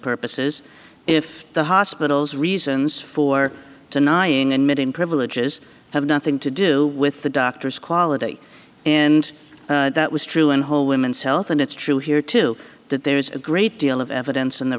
purposes if the hospitals reasons for denying admitting privileges have nothing to do with the doctor's quality and that was true in whole women's health and it's true here too that there's a great deal of evidence in the